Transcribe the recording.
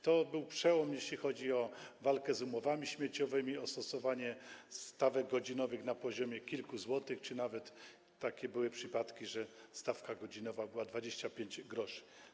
To był przełom, jeśli chodzi o walkę z umowami śmieciowymi, o stosowanie stawek godzinowych na poziomie kilku złotych, były nawet takie przypadki, że stawka godzinowa wynosiła 25 gr.